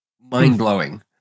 mind-blowing